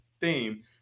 theme